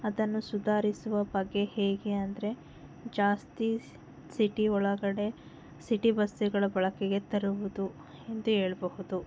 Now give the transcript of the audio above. ಅದನ್ನು ಸುಧಾರಿಸುವ ಬಗೆ ಹೇಗೆ ಅಂದರೆ ಜಾಸ್ತಿ ಸಿಟಿ ಒಳಗಡೆ ಸಿಟಿ ಬಸ್ಗಳ ಬಳಕೆಗೆ ತರುವುದು ಎಂದು ಹೇಳಬಹುದು